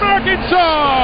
Arkansas